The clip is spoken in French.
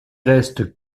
reste